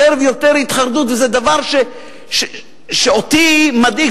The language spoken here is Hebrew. יותר ויותר התחרדות, וזה דבר שאותי מדאיג.